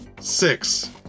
Six